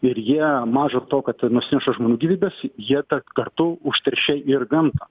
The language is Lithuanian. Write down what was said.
ir jie maža to kad nusineša žmonių gyvybes jie tą kartu užteršia ir gamtą